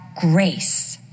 grace